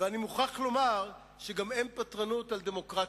ואני מוכרח לומר שגם אין פטרונות על דמוקרטיה.